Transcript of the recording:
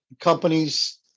companies